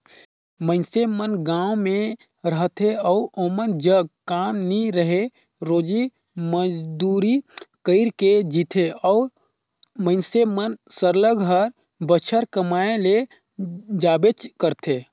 मइनसे मन गाँव में रहथें अउ ओमन जग काम नी रहें रोजी मंजूरी कइर के जीथें ओ मइनसे मन सरलग हर बछर कमाए ले जाबेच करथे